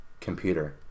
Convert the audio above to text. computer